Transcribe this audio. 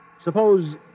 Suppose